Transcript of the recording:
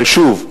אבל שוב,